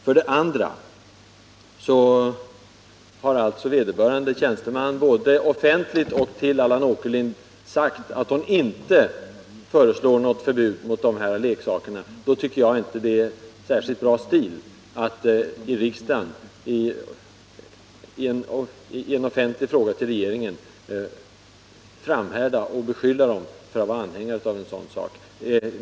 För det andra har alltså vederbörande tjänsteman både offentligt och till Allan Åkerlind sagt att hon inte föreslår något förbud mot de här leksakerna. Därför tycker jag inte det är bra stil att i en offentlig fråga till regeringen beskylla vederbörande för att vara anhängare av ett sådant förbud.